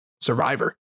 Survivor